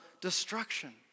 destruction